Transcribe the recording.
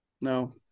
no